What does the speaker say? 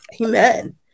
Amen